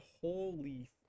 holy